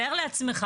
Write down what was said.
תאר לעצמך,